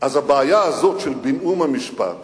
הבעיה הזאת של בינאום המשפט